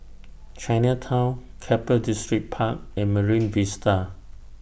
Chinatown Keppel Distripark and Marine Vista